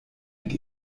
mit